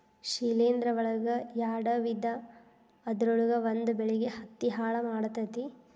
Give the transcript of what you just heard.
ಶಿಲೇಂಧ್ರ ಒಳಗ ಯಾಡ ವಿಧಾ ಅದರೊಳಗ ಒಂದ ಬೆಳಿಗೆ ಹತ್ತಿ ಹಾಳ ಮಾಡತತಿ